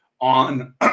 on